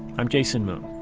i'm jason moon